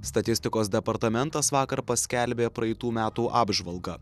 statistikos departamentas vakar paskelbė praeitų metų apžvalgą